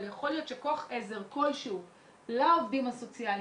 אבל יכול להיות שכוח עזר כלשהו לעובדים הסוציאליים,